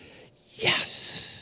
Yes